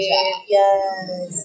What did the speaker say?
yes